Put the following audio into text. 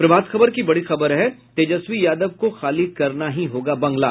प्रभाात खबर की बड़ी खबर है तेजस्वी यादव को खाली करना ही होगा बंगला